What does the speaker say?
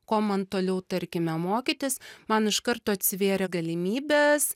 ko man toliau tarkime mokytis man iš karto atsivėrė galimybės